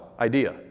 idea